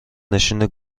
نشین